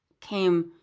came